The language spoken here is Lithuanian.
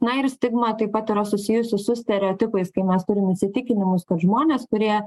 na ir stigma taip pat yra susijusi su stereotipais kai mes turim įsitikinimus kad žmonės kurie